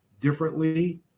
differently